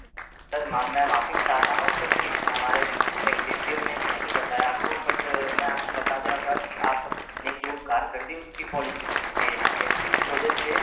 sir ma'am मैं माफ़ी चाहता हूँ सर कि हमारे ऐक्ज़ेकटिव ने नहीं बताया आपको बट मैं आपको बता दे रहा हूँ सर कि आपने जो कार खरीदी उसकी पॉलिसी हो चुकी है यहाँ पे इस वजह से